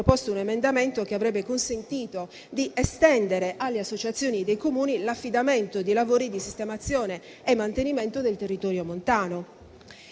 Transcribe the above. proposto un emendamento che avrebbe consentito di estendere alle associazioni dei Comuni l'affidamento dei lavori di sistemazione e mantenimento del territorio montano.